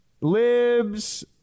Libs